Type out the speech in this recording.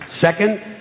Second